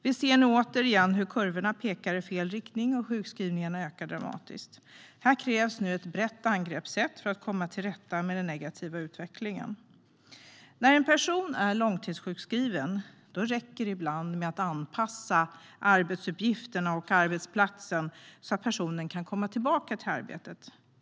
Vi ser nu återigen hur kurvorna pekar i fel riktning och att sjukskrivningarna ökar dramatiskt. Här krävs ett brett angreppssätt för att komma till rätta med den negativa utvecklingen. När en person är långtidssjukskriven räcker det ibland med att anpassa arbetsuppgifterna och arbetsplatsen så att personen kan komma tillbaka till arbetet.